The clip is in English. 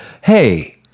hey